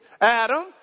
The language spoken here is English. Adam